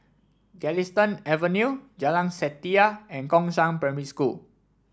Galistan Avenue Jalan Setia and Gongshang Primary School